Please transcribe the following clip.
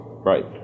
right